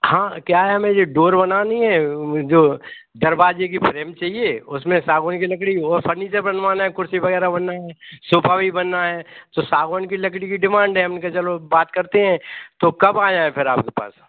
हाँ क्या है हमें ये डोर बनाना है जो दरवाज़े का फ्रेम चाहिए उसमें सागवान की लकड़ी और फर्नीचर बनवाना है कुर्सी वग़ैरह बनना है सोफ़ा भी बनना है तो सागवान की लकड़ी की डिमांड है हम ने कहा चलो बात करते हैं तो कब आ जाएं फिर आप के पास